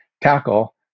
tackle